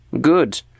Good